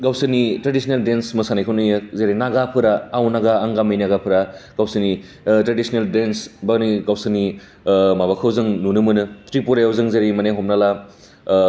गावसोरनि traditional dance मोसानाय नुयो जेरै नागाफोरा आव नागा मिनाजाफ्रा गावसिनि ट्रेडिसिनेल डेनस बावरि गावसोरनि माबाखौ जों नुनो मोनो त्रिपुराया जों जेरै माने हमना ला